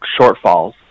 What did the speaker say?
shortfalls